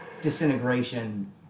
Disintegration